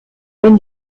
wenn